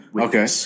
Okay